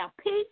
peace